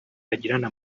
agirana